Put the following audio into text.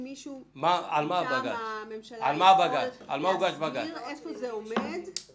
אולי מישהו מטעם הממשלה יכול להסביר איפה זה עומד.